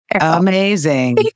Amazing